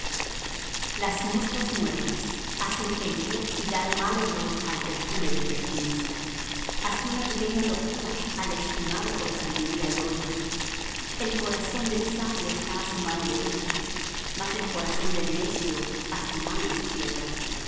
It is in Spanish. las moscas muertas hacen heder y dar mal olor el perfume del perfumista así una pequeña locura al estimado por sabiduría y honra el corazón del sabio está á su mano derecha mas el corazón del necio á su mano izquierda